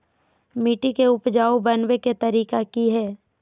मिट्टी के उपजाऊ बनबे के तरिका की हेय?